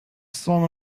song